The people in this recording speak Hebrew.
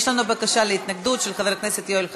יש לנו בקשה להתנגדות של חבר הכנסת יואל חסון.